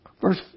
Verse